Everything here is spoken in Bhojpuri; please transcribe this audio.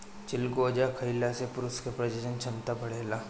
चिलगोजा खइला से पुरुष के प्रजनन क्षमता बढ़ेला